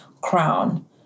crown